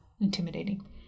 intimidating